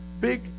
big